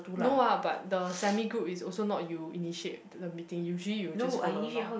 no ah but the semi-group is also not you initiate to the meeting usually you will just follow along